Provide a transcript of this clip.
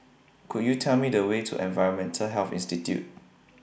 Could YOU Tell Me The Way to Environmental Health Institute